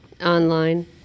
online